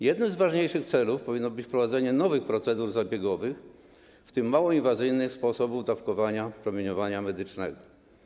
Jednym z ważniejszych celów powinno być wprowadzenie nowych procedur zabiegowych, w tym mało inwazyjnych sposobów dawkowania promieniowania medycznego.